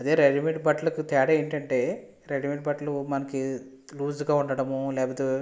అదే రెడీమేడ్ బట్టలకు తేడా ఏంటంటే రెడీమేడ్ బట్టలు మనకి లూజ్గా ఉండటము లేకపోతే